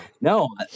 no